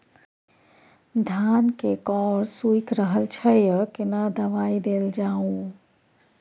धान के कॉर सुइख रहल छैय केना दवाई देल जाऊ?